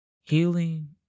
Healing